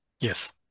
Yes